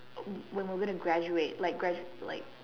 when we were going to graduate like graduate like